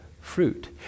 fruit